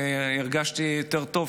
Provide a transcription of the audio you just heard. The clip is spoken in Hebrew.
הרגשתי יותר טוב,